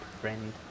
friend